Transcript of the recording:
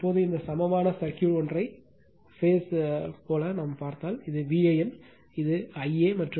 இப்போது இந்த சமமான சர்க்யூட் ஒற்றை பேஸ் போல பார்த்தால் இது Van இது Ia மற்றும் Zy Z ∆ 3